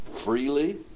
freely